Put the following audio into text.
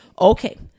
Okay